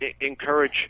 encourage